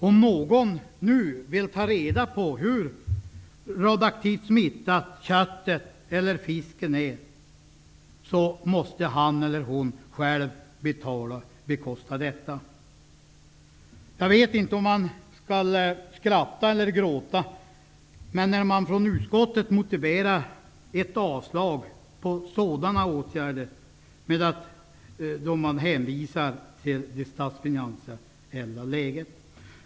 Om någon nu vill ta reda på hur radioaktivt smittat köttet eller fisken är måste han eller hon själv bekosta detta. Jag vet inte om man skall skratta eller gråta, men från utskottet motiverar man ett avslag på sådana åtgärder med att hänvisa till det statsfinansiella läget.